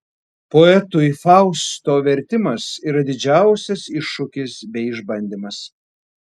poetui fausto vertimas yra didžiausias iššūkis bei išbandymas